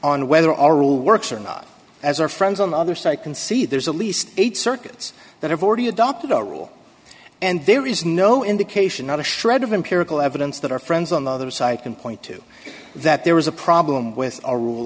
on whether our rule works or not as our friends on the other side can see there's a least eight circuits that have already adopted our rule and there is no indication not a shred of empirical evidence that our friends on the other side can point to that there was a problem with a rule